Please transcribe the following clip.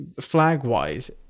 flag-wise